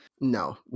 No